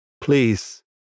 please